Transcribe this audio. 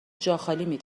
جاخالی